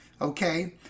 Okay